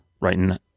writing